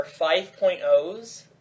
5.0s